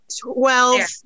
twelve